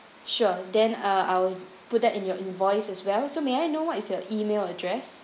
sure then uh I'll put that in your invoice as well so may I know what is your email address